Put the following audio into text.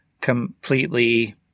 completely